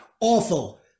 awful